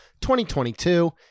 2022